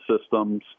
systems